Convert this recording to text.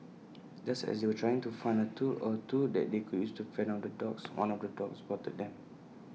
just as they were trying to find A tool or two that they could use to fend off the dogs one of the dogs spotted them